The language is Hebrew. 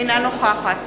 אינה נוכחת